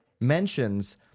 mentions